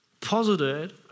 posited